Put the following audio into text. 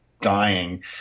dying